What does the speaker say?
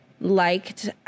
liked